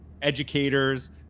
educators